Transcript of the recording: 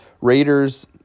Raiders